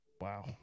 Wow